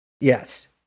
Yes